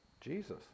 Jesus